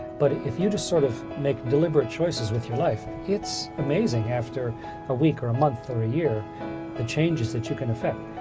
but if you just sort of make deliberate choices with your life, it's amazing after a week or a month or a year the changes that you can effect.